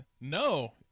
No